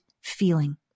feeling